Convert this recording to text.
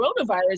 coronavirus